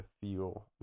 feel